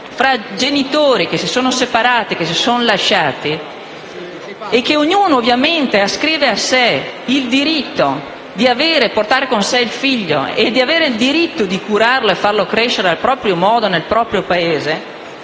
fra genitori che si sono separati, si sono lasciati, e dove ognuno, ovviamente, ascrive a sé il diritto di portare con sé il figlio, di curarlo e farlo crescere nel proprio modo nel proprio Paese,